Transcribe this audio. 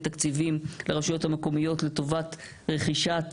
תקציבים לרשויות המקומיות לטובת רכישת